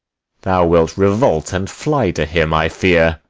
thou wilt revolt and fly to him, i fear.